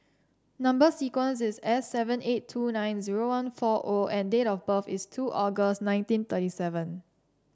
number sequence is S seven eight two nine zero one four O and date of birth is two August nineteen thirty seven